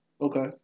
Okay